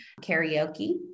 karaoke